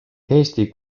eesti